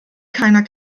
keiner